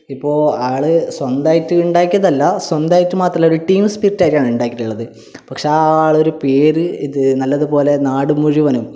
ഇപ്പോൾ ആള് സ്വന്തമായിട്ട് ഉണ്ടാക്കിയതല്ല സ്വന്തമായിട്ട് മാത്രമല്ല ഒരു ടീം സ്പിരിറ്റായിട്ടാണ് ഉണ്ടാക്കിയിട്ടുള്ളത് പക്ഷെ ആ ആള് ഒരു പേര് ഇത് നല്ലതുപോലെ നാട് മുഴുവനും